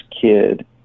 kid